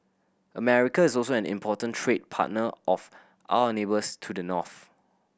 America is also an important trade partner of our neighbours to the north